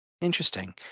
Interesting